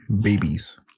babies